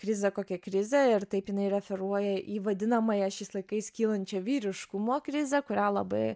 krizė kokia krizė ir taip jinai referuoja į vadinamąją šiais laikais kylančią vyriškumo krizę kurią labai